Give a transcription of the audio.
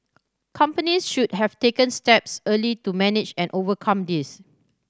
companies should have taken steps early to manage and overcome this